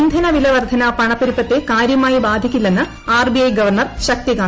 ഇന്ധനവില വർദ്ധന പണപ്പെരുപ്പത്തെ കാര്യമായി ബാധിക്കില്ലെന്ന് R B I governor Shaktikanta Das